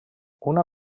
una